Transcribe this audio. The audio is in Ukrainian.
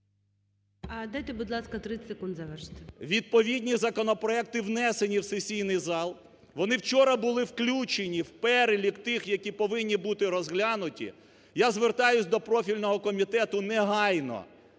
Дайте, будь ласка, 30 секунд завершити. СОБОЛЄВ С.В. Відповідні законопроекти внесені у сесійний зал, вони вчора були включені в перелік тих, які повинні бути розглянуті. Я звертаюсь до профільного комітету негайно